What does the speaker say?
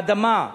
באדמה,